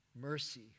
mercy